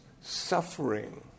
suffering